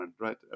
right